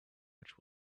which